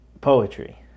poetry